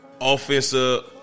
Offensive